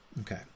okay